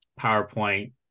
PowerPoint